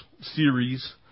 series